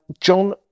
John